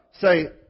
say